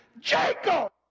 Jacob